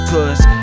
Cause